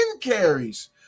carries